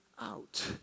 out